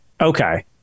okay